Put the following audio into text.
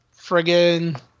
friggin